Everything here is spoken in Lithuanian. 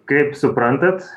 kaip suprantat